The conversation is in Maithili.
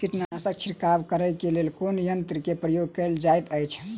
कीटनासक छिड़काव करे केँ लेल कुन यंत्र केँ प्रयोग कैल जाइत अछि?